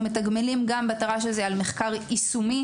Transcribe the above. בתר"ש הזאת אנחנו מתגמלים גם על מחקר יישומי